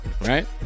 Right